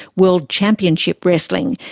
world championship wrestling,